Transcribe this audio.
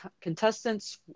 contestants